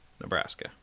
Nebraska